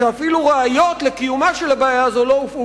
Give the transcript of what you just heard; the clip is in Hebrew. כשאפילו ראיות לקיומה של הבעיה הזאת לא הובאו